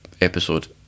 episode